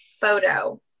photo